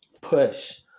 push